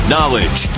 Knowledge